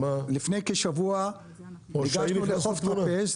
לפני כשבוע הגשנו לחוף טרפז,